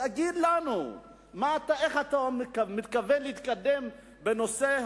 תגיד לנו איך אתה מתכוון להתקדם בנושא